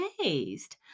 amazed